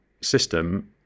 system